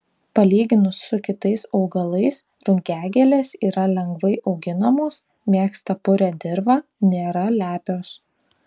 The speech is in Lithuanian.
palyginus su kitais augalais rugiagėlės yra lengvai auginamos mėgsta purią dirvą nėra lepios